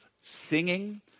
singing